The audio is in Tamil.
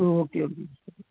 ஓகே ஓகேங்க சார்